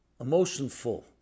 Emotionful